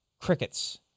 Crickets